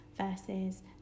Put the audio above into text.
Versus